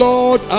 Lord